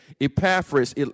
Epaphras